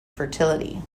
fertility